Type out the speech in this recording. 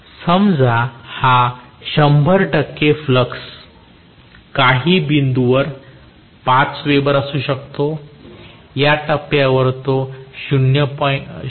समजा हा 100 टक्के फ्लक्स काही बिंदू वर हा पाच वेबर असू शकतो या टप्प्यावर तो 0